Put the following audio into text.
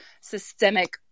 systemic